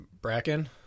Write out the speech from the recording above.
Bracken